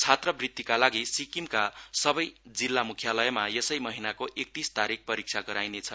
छात्रवृत्तीका लागि सिक्किमका सबै जिल्ला मुख्यालयमा यसै महिनाको एकतीस तारिक परिक्षा गराइनेछ